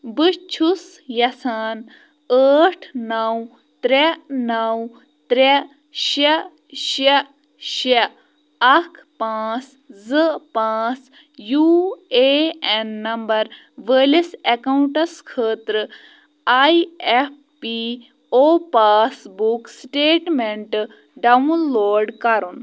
بہٕ چھُس یژھان ٲٹھ نَو ترٛےٚ نَو ترٛےٚ شےٚ شےٚ شےٚ اَکھ پانٛژھ زٕ پانٛژھ یوٗ اے اٮ۪ن نمبَر وٲلِس اٮ۪کاوُنٛٹَس خٲطرٕ I F P O passbook statement download کَرُن